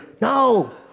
No